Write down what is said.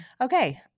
Okay